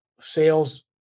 sales